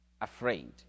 afraid